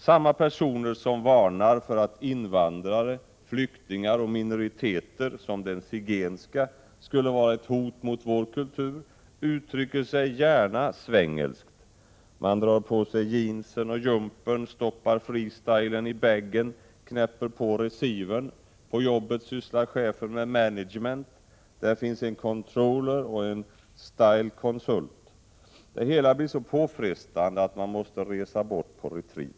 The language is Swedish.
Samma personer som varnar för att invandrare, flyktingar och minoriteter, som den zigenska, skulle vara ett hot mot vår kultur, uttrycker sig gärna ”svengelskt”. Man drar på sig jeansen och jumpern, stoppar freestylen i bagen, knäpper på recievern. På jobbet sysslar chefen med management. Där finns en controller och en style consult. Det hela blir så påfrestande att man måste resa bort på retreat.